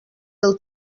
del